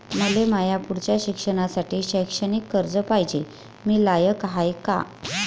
मले माया पुढच्या शिक्षणासाठी शैक्षणिक कर्ज पायजे, मी लायक हाय का?